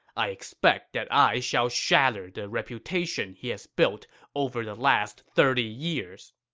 i expect that i shall shatter the reputation he has built over the last thirty years.